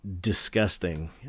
disgusting